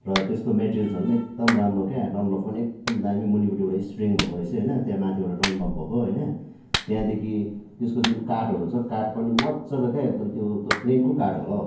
र त्यसको मेट्रियल्सहरू पनि एकदम राम्रो क्या डनलभ पनि एकदम दामी मुनीपट्टिबाट स्प्रिङ भएको रहेछ होइन त्यहाँ माथिबट डनलभ भएको होइन त्यहाँदेखि त्यसको जुन काठहरू छ काठ पनि मजाको क्या एकदम त्यो प्लेनको काठ होला हौ